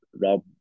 Rob